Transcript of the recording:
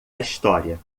história